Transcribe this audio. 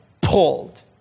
pulled